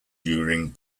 using